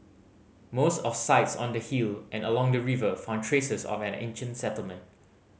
most of sites on the hill and along the river found traces of an ancient settlement